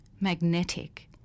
magnetic